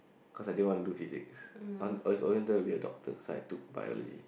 cause I didn't want to do Physics I want I always wanted to be a doctor side to Biology